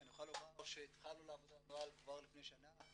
אני יכול לומר שהתחלנו לעבוד על הנוהל לפני שנה,